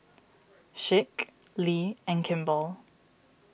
Schick Lee and Kimball